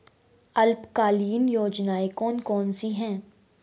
अल्पकालीन योजनाएं कौन कौन सी हैं?